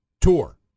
tour